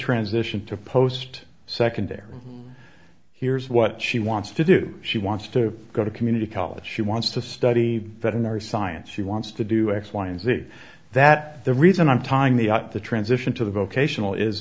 transition to post secondary here's what she wants to do she wants to go to community college she wants to study veterinary science she wants to do x y and z that the reason i'm tying the out the transition to the vocational is